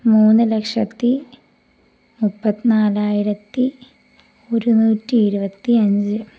മൂന്ന് ലക്ഷത്തി മുപ്പത്ത് നാലായിരത്തി ഒരുന്നൂറ്റി ഇരുപത്തി അഞ്ച്